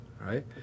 right